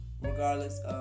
regardless